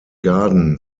garden